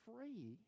free